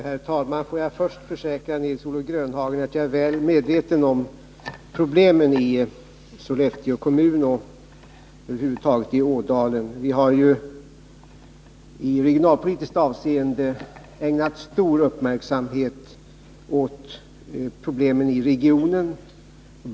Herr talman! Får jag först försäkra Nils-Olof Grönhagen att jag är väl medveten om problemen i Sollefteå kommun och över huvud taget i Ådalen. Vi har ju i regionalpolitiskt avseende ägnat stor uppmärksamhet åt problemen i regionen.